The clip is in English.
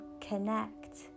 connect